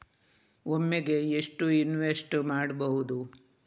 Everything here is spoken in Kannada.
ಒಮ್ಮೆಗೆ ಎಷ್ಟು ಇನ್ವೆಸ್ಟ್ ಮಾಡ್ಬೊದು?